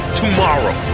tomorrow